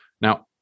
Now